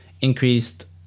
Increased